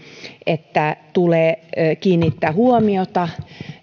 että tulee kiinnittää huomiota